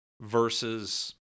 versus